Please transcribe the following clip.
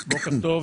בוקר טוב.